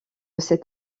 cet